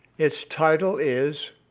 its title is